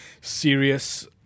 serious